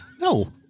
No